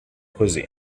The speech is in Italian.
così